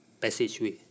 passageway